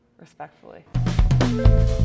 Respectfully